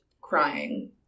crying